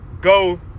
go